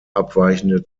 abweichende